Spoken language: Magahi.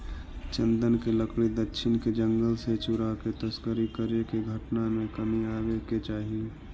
चन्दन के लकड़ी दक्षिण के जंगल से चुराके तस्करी करे के घटना में कमी आवे के चाहि